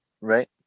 Right